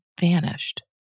vanished